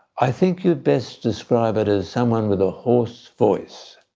i think you'd best describe it as someone with a hoarse voice.